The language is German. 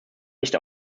nicht